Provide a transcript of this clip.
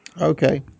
Okay